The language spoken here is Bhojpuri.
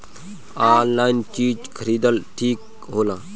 आनलाइन चीज खरीदल ठिक होला?